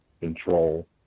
control